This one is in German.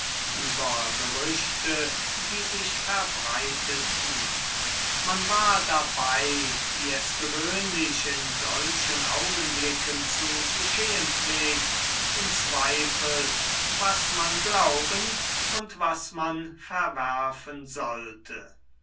über gerüchte die sich verbreiteten man war dabei wie es gewöhnlich in solchen augenblicken zu geschehen pflegt in zweifel was man glauben und was man verwerfen sollte